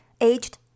aged